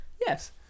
Yes